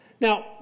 Now